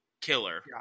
killer